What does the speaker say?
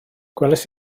gwelais